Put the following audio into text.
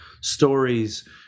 stories